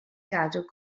gadw